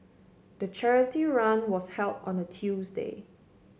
the charity run was held on a Tuesday